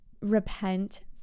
repent